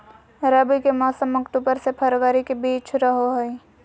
रबी के मौसम अक्टूबर से फरवरी के बीच रहो हइ